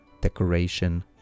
decoration